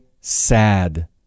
sad